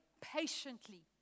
patiently